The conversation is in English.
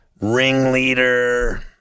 ringleader